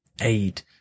aid